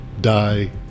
die